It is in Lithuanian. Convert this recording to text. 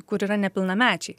kur yra nepilnamečiai